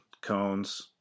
cones